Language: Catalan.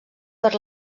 per